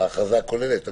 ההכרזה הכוללת הגדולה?